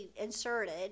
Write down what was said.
inserted